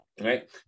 right